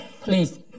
Please